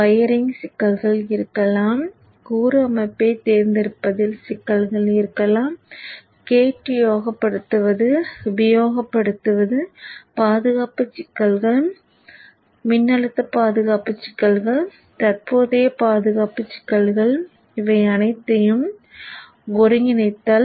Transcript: wiring சிக்கல்கள் இருக்கலாம் கூறு அமைப்பைத் தேர்ந்தெடுப்பதில் சிக்கல்கள் இருக்கலாம் கேட் யோக படுத்துவது பாதுகாப்பு சிக்கல்கள் மின்னழுத்த பாதுகாப்பு சிக்கல்கள் தற்போதைய பாதுகாப்பு சிக்கல்கள் இவை அனைத்தையும் ஒருங்கிணைத்தல்